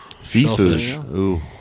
Seafood